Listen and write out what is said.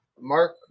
Mark